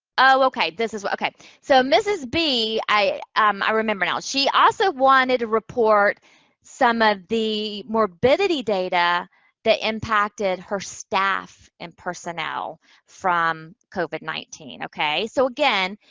oh, okay, this is, okay, so, mrs. b, i um i remember now, she also wanted to report some of the morbidity data that impacted her staff and personnel from covid nineteen. okay? so, again,